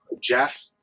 Jeff